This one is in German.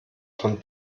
von